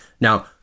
Now